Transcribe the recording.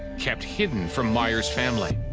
kept hidden from meyer's family.